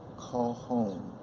call home,